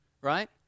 Right